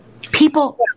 People